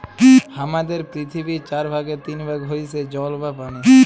হামাদের পৃথিবীর চার ভাগের তিন ভাগ হইসে জল বা পানি